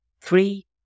three